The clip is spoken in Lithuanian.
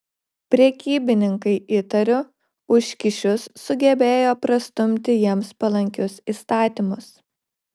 prekybininkai įtariu už kyšius sugebėjo prastumti jiems palankius įstatymus